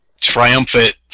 triumphant